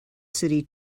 city